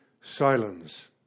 silence